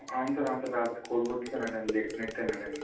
అవును సార్ అవును సార్ రాత్రి కోడిగుడ్డు తిన్నాడండి లేట్ నైట్ తిన్నాడండి